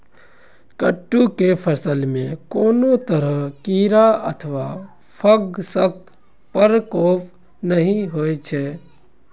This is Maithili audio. कट्टू के फसल मे कोनो तरह कीड़ा अथवा फंगसक प्रकोप नहि होइ छै